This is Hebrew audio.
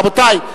רבותי,